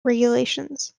regulations